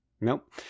Nope